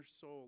soul